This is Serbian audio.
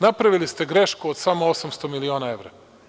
Napravili ste grešku od samo 800 miliona evra.